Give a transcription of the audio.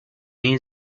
این